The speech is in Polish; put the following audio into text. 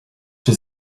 czy